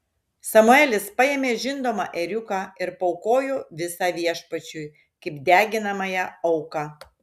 samuelis paėmė žindomą ėriuką ir paaukojo visą viešpačiui kaip deginamąją auką